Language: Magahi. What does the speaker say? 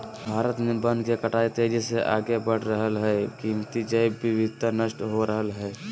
भारत में वन के कटाई तेजी से आगे बढ़ रहल हई, कीमती जैव विविधता नष्ट हो रहल हई